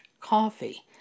coffee